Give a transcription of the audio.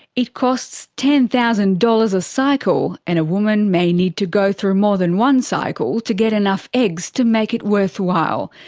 it costs ten thousand dollars dollars a cycle, and a woman may need to go through more than one cycle to get enough eggs to make it worthwhile.